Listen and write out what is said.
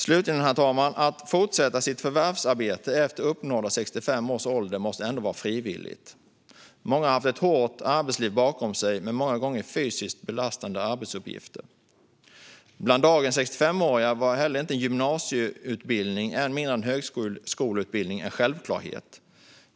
Slutligen, herr talman: Att fortsätta förvärvsarbeta efter uppnådda 65 års ålder måste ändå vara frivilligt. Många har ett hårt arbetsliv bakom sig med många gånger fysiskt belastande arbetsuppgifter. Bland dagens 65-åringar var en gymnasieutbildning dessutom inte en självklarhet, och än mindre en högskoleutbildning.